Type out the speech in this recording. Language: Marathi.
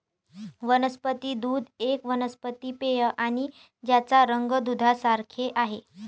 वनस्पती दूध एक वनस्पती पेय आहे ज्याचा रंग दुधासारखे आहे